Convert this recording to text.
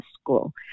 school